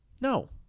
No